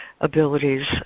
abilities